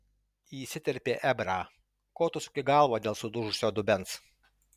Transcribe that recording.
įsiterpė ebrą ko tu suki galvą dėl sudužusio dubens